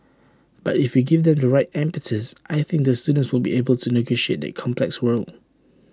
but if we give them the right impetus I think the students will be able to negotiate that complex world